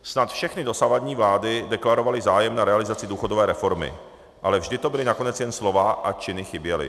Snad všechny dosavadní vlády deklarovaly zájem na realizaci důchodové reformy, ale vždy to byla nakonec jen slova a činy chyběly.